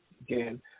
again